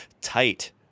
tight